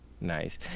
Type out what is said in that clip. Nice